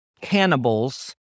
cannibals